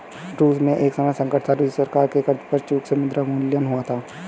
रूस में एक समय संकट था, रूसी सरकार से कर्ज पर चूक से मुद्रा अवमूल्यन हुआ था